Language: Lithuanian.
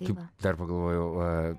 va dar pagalvojau va